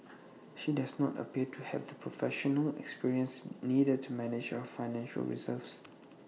she does not appear to have the professional experience needed to manage our financial reserves